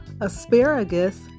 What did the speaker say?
asparagus